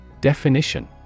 Definition